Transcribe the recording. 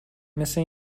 مثه